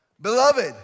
beloved